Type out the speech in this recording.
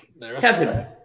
Kevin